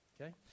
okay